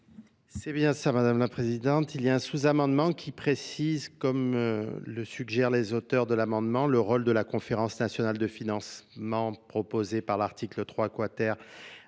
C'est bien cela, Mᵐᵉ la Présidente, il y a un sous amendement qui précise, comme le suggèrent les auteurs de l'amendement, le rôle de la conférence nationale de financement proposée par l'article trois